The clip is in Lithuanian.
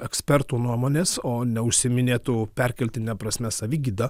ekspertų nuomonės o neužsiiminėtų perkeltine prasme savigyda